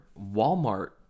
Walmart